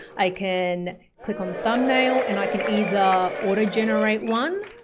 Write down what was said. i can click on thumbnail and i can either auto-generate one,